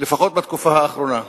לפחות בתקופה האחרונה,